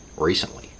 recently